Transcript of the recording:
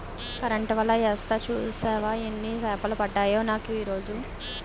Current వల యేస్తే సూసేవా యెన్ని సేపలు పడ్డాయో నాకీరోజు?